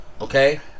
okay